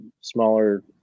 smaller